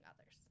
others